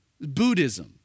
Buddhism